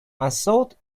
unsought